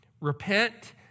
repent